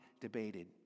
debated